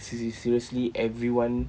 se~ se~ seriously everyone